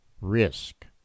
risk